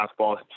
fastball